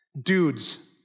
Dudes